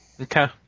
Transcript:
Okay